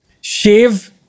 shave